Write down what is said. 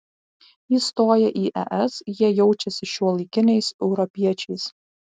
įstoję į es jie jaučiasi šiuolaikiniais europiečiais